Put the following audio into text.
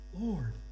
Lord